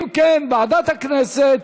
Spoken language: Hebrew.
אם כן, ועדת הכנסת